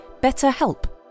BetterHelp